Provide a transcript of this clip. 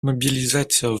мобилизация